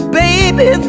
baby